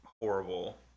horrible